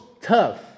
tough